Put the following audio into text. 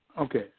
Okay